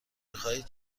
میخواهید